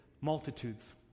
multitudes